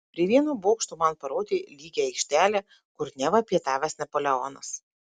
prie vieno bokšto man parodė lygią aikštelę kur neva pietavęs napoleonas